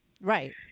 Right